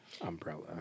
umbrella